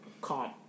calm